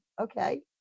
okay